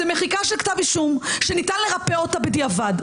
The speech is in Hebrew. זה מחיקה של כתב אישום שניתן לרפא אותה בדיעבד,